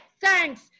thanks